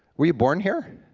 were you born here?